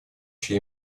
чьи